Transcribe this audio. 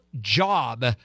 job